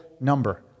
number